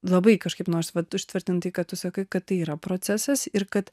labai kažkaip noris vat užtvirtinti ką tu sakai kad tai yra procesas ir kad